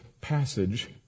passage